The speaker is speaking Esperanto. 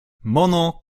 mono